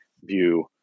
view